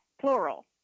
plural